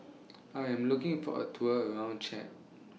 I Am looking For A Tour around Chad